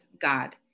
God